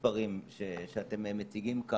שמנגנון הערעורים לקח לו מספר ימים עד שהוא התייצב,